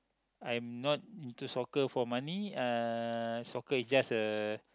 I'm not into soccer for money uh soccer is just a